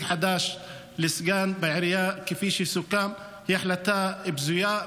חד"ש לסגן בעירייה כפי שסוכם היא החלטה בזויה,